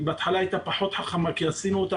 בהתחלה היא הייתה פחות חכמה כי עשינו אותה